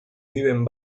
viven